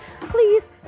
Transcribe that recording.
please